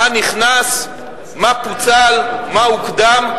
מה נכנס, מה פוצל, מה הוקדם.